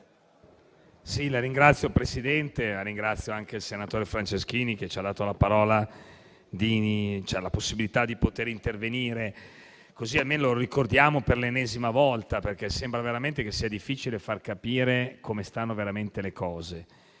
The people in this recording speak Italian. Signor Presidente, ringrazio anche il senatore Franceschini che ci ha dato la possibilità di intervenire, così almeno lo ricordiamo per l'ennesima volta, perché sembra veramente che sia difficile far capire come stanno le cose: